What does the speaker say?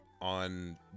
on